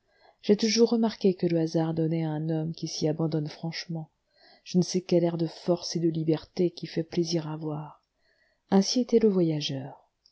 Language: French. j'ai toujours remarqué que le hasard donnait à un homme qui s'y abandonne franchement je ne sais quel air de force et de liberté qui fait plaisir à voir ainsi était le voyageur